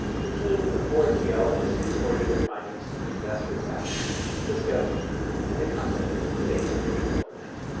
the team of four geologists reported their findings to the investors back in san francisco and the company failed overnight.